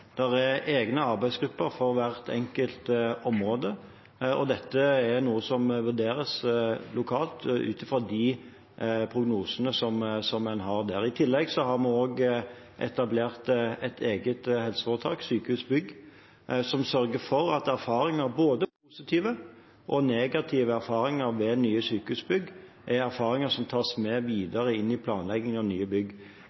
Der er egne arbeidsgrupper for hvert enkelt område, og dette vurderes lokalt ut ifra de prognosene en har der. I tillegg har vi etablert et eget helseforetak, Sykehusbygg HF, som sørger for at erfaringene ved nye sykehusbygg, både positive og negative, tas med videre inn i planleggingen av nye bygg. Det gjør at en går vekk fra det som